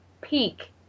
peak